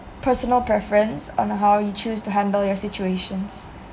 personal preference on how you choose to handle your situation